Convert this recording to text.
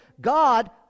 God